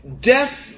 Death